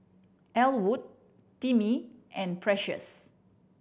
Ellwood Timmie and Precious